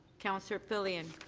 councillor filion.